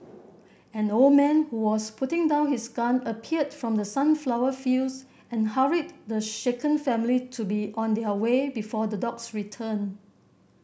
an old man who was putting down his gun appeared from the sunflower fields and hurried the shaken family to be on their way before the dogs return